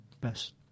best